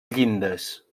llindes